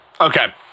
Okay